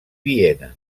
viena